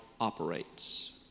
operates